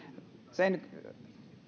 sen